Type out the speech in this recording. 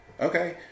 Okay